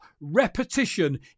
Repetition